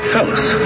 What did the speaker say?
Fellas